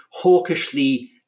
hawkishly